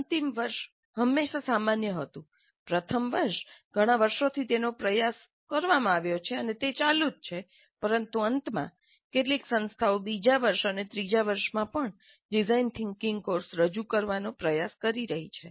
અંતિમ વર્ષ હંમેશાં સામાન્ય હતું પ્રથમ વર્ષ ઘણાં વર્ષોથી તેનો પ્રયાસ કરવામાં આવ્યો છે અને તે ચાલુ જ છે પરંતુ અંતમાં કેટલીક સંસ્થાઓ બીજા વર્ષ અને ત્રીજા વર્ષમાં પણ ડિઝાઇન થિંકિંગ કોર્સ રજૂ કરવાનો પ્રયાસ કરી રહી છે